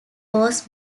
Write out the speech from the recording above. was